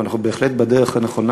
אנחנו בהחלט בדרך הנכונה.